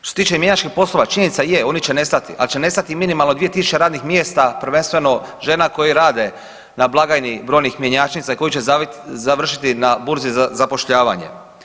Što se tiče mjenjačkih poslova, činjenica je oni će nestati, ali će nestati minimalno 2.000 radnih mjesta prvenstveno žena koje rade na blagajni brojnih mjenjačnica koji će završiti na burzi za zapošljavanje.